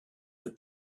for